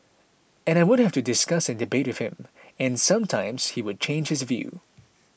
and I would have to discuss and debate with him and sometimes he would change his view